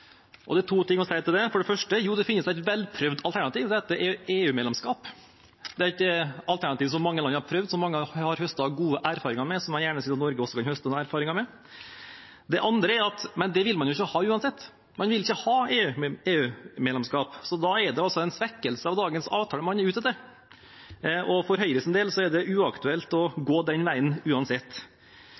Det er to ting å si til det. For det første: Jo, det finnes et velprøvd alternativ, og det er EU-medlemskap. Det er et alternativ mange land har prøvd og høstet gode erfaringer med, og som jeg gjerne skulle sett at også Norge kunne høstet erfaringer med. Det andre er at det vil man jo ikke ha uansett. Man vil ikke ha EU-medlemskap, så da er det en svekkelse av dagens avtale man er ute etter, og for Høyres del er det uaktuelt å gå den veien uansett.